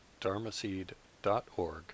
dharmaseed.org